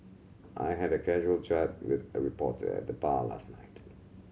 I had a casual chat with a reporter at the bar last night